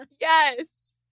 Yes